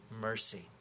mercy